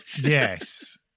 yes